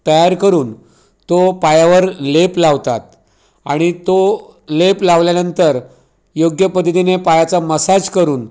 तयार करून तो पायावर लेप लावतात आणि तो लेप लावल्यानंतर योग्य पद्धतीने पायाचा मसाज करून